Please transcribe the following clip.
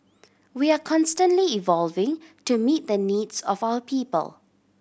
we are constantly evolving to meet the needs of our people